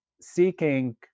seeking